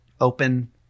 open